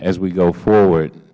as we go forward